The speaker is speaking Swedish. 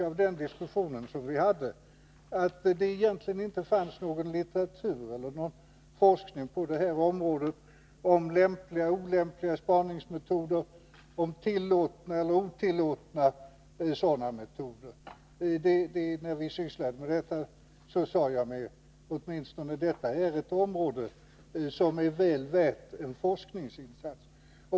Av den diskussion som vi hade framgick att det egentligen inte finns någon litteratur eller någon forskning om lämpliga eller olämpliga, om tillåtna eller otillåtna spaningsmetoder. Jag sade mig då att detta är ett område som är väl värt en forskningsinsats.